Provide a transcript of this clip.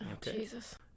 Jesus